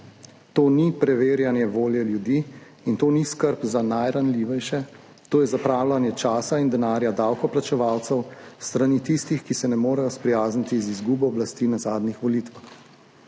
To ni preverjanje volje ljudi in to ni skrb za najranljivejše, to je zapravljanje časa in denarja davkoplačevalcev s strani tistih, ki se ne morejo sprijazniti z izgubo oblasti na zadnjih volitvah.